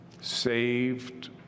Saved